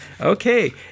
Okay